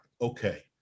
okay